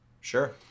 Sure